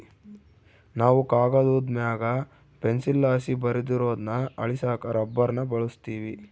ನಾವು ಕಾಗದುದ್ ಮ್ಯಾಗ ಪೆನ್ಸಿಲ್ಲಾಸಿ ಬರ್ದಿರೋದ್ನ ಅಳಿಸಾಕ ರಬ್ಬರ್ನ ಬಳುಸ್ತೀವಿ